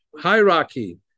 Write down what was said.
hierarchy